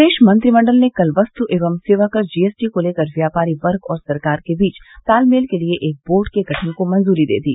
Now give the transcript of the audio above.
प्रदेश मंत्रिमंडल ने कल वस्तु एवं सेवाकर जीएसटी को लेकर व्यापारी वर्ग और सरकार के बीच तालमेल के लिये एक बोर्ड के गठन को मंजूरी दे दी